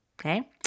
Okay